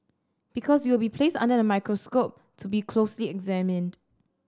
because you will be placed under the microscope to be closely examined